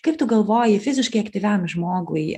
kaip tu galvoji fiziškai aktyviam žmogui